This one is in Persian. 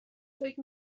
فکر